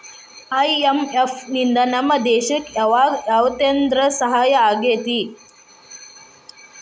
IMF ನಿಂದಾ ನಮ್ಮ ದೇಶಕ್ ಯಾವಗ ಯಾವ್ರೇತೇಂದಾ ಸಹಾಯಾಗೇತಿ?